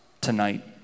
tonight